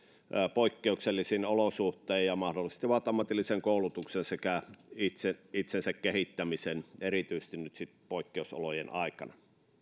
poikkeuksellisiin olosuhteisiin ja mahdollistavat ammatillisen koulutuksen sekä itsensä kehittämisen erityisesti nyt sitten poikkeusolojen aikana